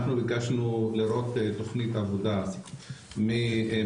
אנחנו ביקשנו לראות תוכנית עבודה ממשרד